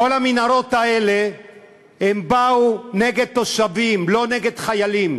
כל המנהרות האלה היו נגד תושבים, לא נגד חיילים.